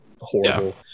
horrible